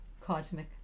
cosmic